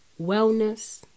wellness